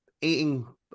eating